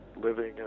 living